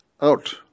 out